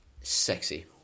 Sexy